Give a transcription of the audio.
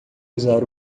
usar